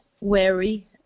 wary